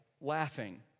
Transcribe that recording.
laughing